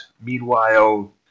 Meanwhile